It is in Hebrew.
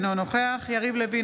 אינו נוכח יריב לוין,